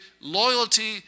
Loyalty